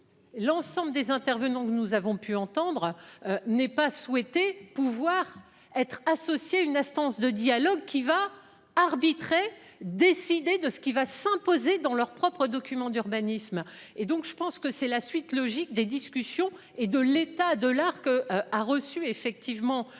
L'ensemble des intervenants que nous avons pu entendre n'aient pas souhaité pouvoir être associé. Une instance de dialogue qui va arbitrer. Décider de ce qui va s'imposer dans leurs propres documents d'urbanisme et donc je pense que c'est la suite logique des discussions et de l'état de l'ARC a reçu effectivement